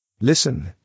Listen